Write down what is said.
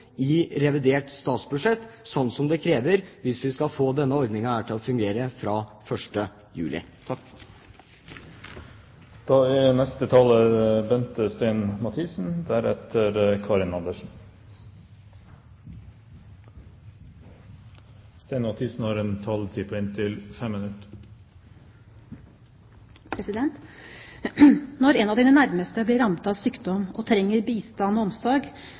i revidert statsbudsjett – det som kreves hvis vi skal få denne ordningen til å fungere fra 1. juli? Når en av dine nærmeste blir rammet av sykdom og trenger bistand og omsorg, har de fleste av oss et sterkt ønske om å hjelpe til. For den som trenger hjelp og omsorg,